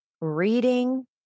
reading